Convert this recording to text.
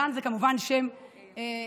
דן זה כמובן שם בדוי.